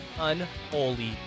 Unholy